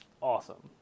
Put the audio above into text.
awesome